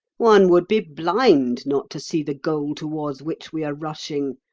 one would be blind not to see the goal towards which we are rushing.